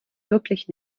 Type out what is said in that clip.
wirklich